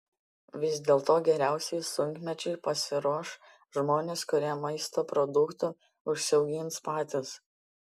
vis dėlto geriausiai sunkmečiui pasiruoš žmonės kurie maisto produktų užsiaugins patys